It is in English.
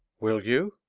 will you?